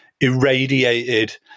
irradiated